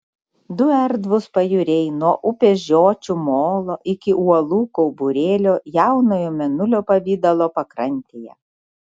du erdvūs pajūriai nuo upės žiočių molo iki uolų kauburėlio jaunojo mėnulio pavidalo pakrantėje